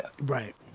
Right